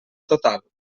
total